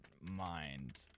mind